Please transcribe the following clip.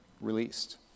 released